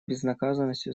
безнаказанностью